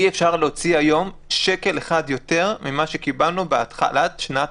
אי-אפשר להוציא היום שקל אחד יותר ממה שקיבלנו בהתחלת שנת